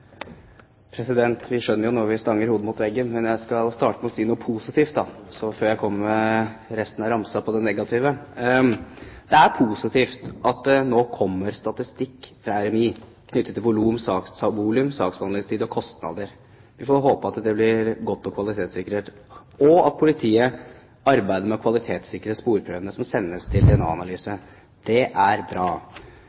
Vi skjønner jo når vi stanger hodet i veggen. Men jeg skal starte med å si noe positivt før jeg kommer med resten av ramsen når det gjelder det negative. Det er positivt at det nå kommer statistikk fra RMI om volum, saksbehandlingstid og kostnader. Vi får håpe at det blir godt og kvalitetssikkert, og at politiet arbeider med å kvalitetssikre sporprøvene som sendes til